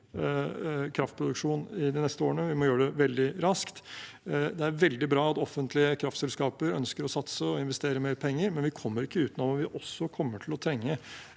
kraftproduksjon de neste årene, og vi må gjøre det veldig raskt. Det er veldig bra at offentlige kraftselskaper ønsker å satse og investere mer penger, men vi kommer ikke utenom at vi også kommer til å trenge